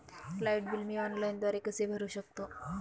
Light bill मी ऑनलाईनद्वारे कसे भरु शकतो?